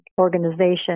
Organization